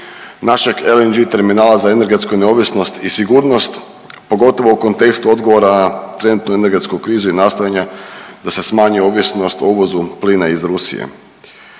našeg LNG terminala za energetsku neovisnost i sigurnost pogotovo u kontekstu odgovora trenutnoj energetskoj krizi i nastojanja da se smanji ovisnost o uvozu plina iz Rusije.